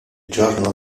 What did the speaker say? giorno